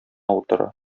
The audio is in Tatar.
утыра